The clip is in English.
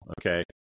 okay